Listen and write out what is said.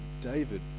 David